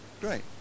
Great